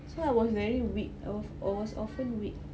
so I was very weak I of~ I was often weak